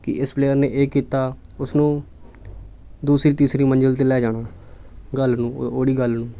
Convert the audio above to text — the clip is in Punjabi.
ਕਿ ਇਸ ਪਲੇਅਰ ਨੇ ਇਹ ਕੀਤਾ ਉਸਨੂੰ ਦੂਸਰੀ ਤੀਸਰੀ ਮੰਜ਼ਿਲ 'ਤੇ ਲੈ ਜਾਣਾ ਗੱਲ ਨੂੰ ਉਹ ਉਹਦੀ ਗੱਲ ਨੂੰ